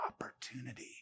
opportunity